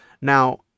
Now